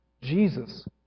Jesus